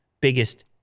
biggest